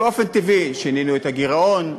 באופן טבעי שינינו את הגירעון,